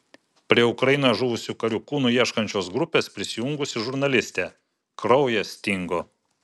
prie ukrainoje žuvusių karių kūnų ieškančios grupės prisijungusi žurnalistė kraujas stingo